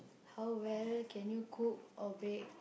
how well can you cook or bake